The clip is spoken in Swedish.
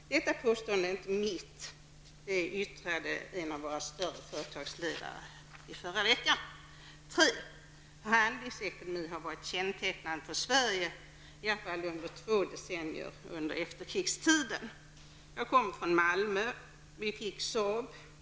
Det påståendet är inte mitt; detta yttrade en av våra större företagsledare förra veckan. 3. Förhandlingsekonomi har varit kännetecknande för Sverige, i varje fall under två decennier under efterkrigstiden. Jag kommer från Malmö. Vi fick Saab.